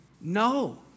No